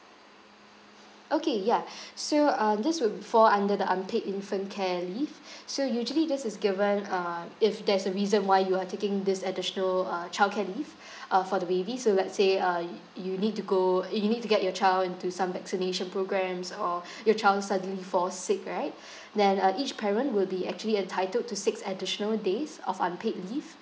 okay yeah so uh this will be fall under the unpaid infant care leave so usually this is given uh if there's a reason why you are taking this additional uh childcare leave uh for the baby so let's say uh y~ you need to go uh you need to get your child into some vaccination programmes or your child suddenly fall sick right then uh each parent will be actually entitled to six additional days of unpaid leave